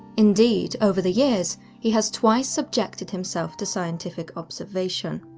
indeed, over the years he has twice subjected himself to scientific observation.